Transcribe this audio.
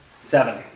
Seven